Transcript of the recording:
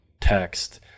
text